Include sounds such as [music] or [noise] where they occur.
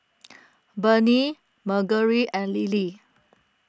[noise] Burney Margery and Lily